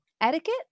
etiquette